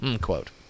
quote